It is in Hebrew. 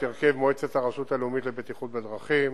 הרכב מועצת הרשות הלאומית לבטיחות בדרכים